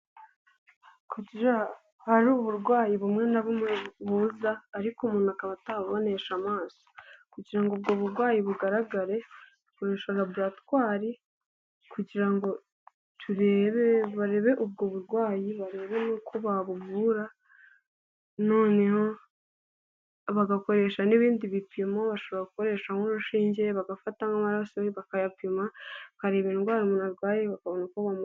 Hari uburwayi bumwe na bumwe buza ariko umuntu akaba atabubonesha amaso, kugira ngo ubwo burwayi bugaragare ukoresha laboratwari kugira ngo turebe barebe ubwo burwayi barebe n'uko babuvura, noneho bagakoresha n'ibindi bipimo bashobora gukoresha nk'urushinge bagafata nk'amaraso bakayapima bakareba indwara umuntu arwaye bakabona uko bamuvura.